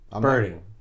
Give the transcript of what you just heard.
Birding